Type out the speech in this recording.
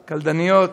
קלדניות,